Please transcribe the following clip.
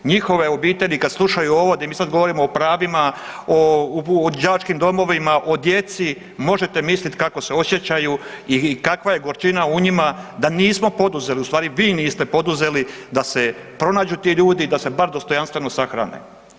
Njihove obitelji kad slušaju ovo gdje mi sada govorimo o pravima, o đačkim domovima, o djeci možete mislit kako se osjećaju i kakva je gorčina u njima da nismo poduzeli, ustvari vi niste poduzeli da se pronađu ti ljudi i da se bar dostojanstveno sahrane.